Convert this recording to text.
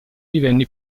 divenne